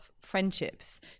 friendships